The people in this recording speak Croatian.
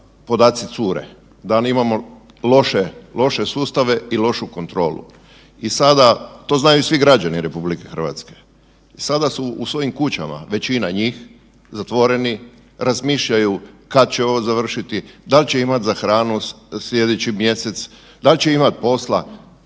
podaci cure, da mi imamo loše sustave i lošu kontrolu i sada to znaju svi građani RH. Sada su u svojim kućama, većina njih zatvoreni, razmišljaju kada će ovo završiti, dal će imati za hranu sljedeći mjesec, dal će imati posla,